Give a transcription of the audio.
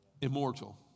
Immortal